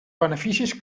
beneficis